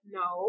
no